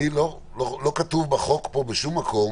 לא כתוב בשום מקום